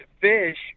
fish